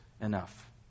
enough